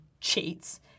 cheats